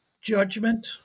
judgment